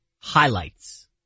highlights